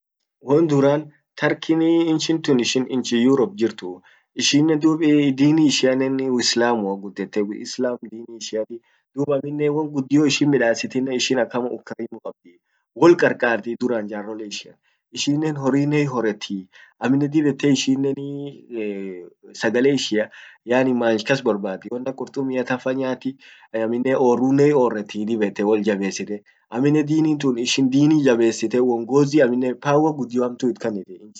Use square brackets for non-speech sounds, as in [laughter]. Won duran Turkey [hesitation] inchin tun ishin inchi Europe jirtu. Ishinen dub [hesitation] dini ishian uislamu gudette, uislamu dini ishiati, dub aminnen won guddion ishin midasitet ishin akama ukarimu kabdi. Wol qarqarti duran, jarolle ishian. ishinnen horrinnen hioretti, amminen dib ete ishinen [hesitation] sagale ishian yaani many kas borbaddi, won ak qurtummia tanfa nyaati, amminen orrunen hioretii dib ete wol jabessite, amminen dini tun ishin dini jabessite uongozi, amminen power guddio hamtu it kannite [unintelligible]